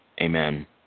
Amen